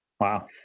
Wow